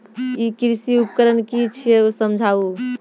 ई कृषि उपकरण कि छियै समझाऊ?